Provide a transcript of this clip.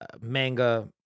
manga